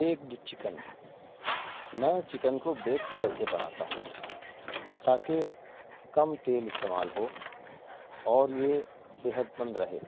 begged chicken میں chicken کو baked کر کے بناتا ہوں تاکہ کم تیل استعمال ہو اور یہ صحت مند رہے